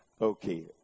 Okay